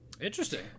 Interesting